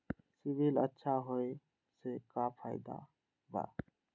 CIBIL अच्छा होऐ से का फायदा बा?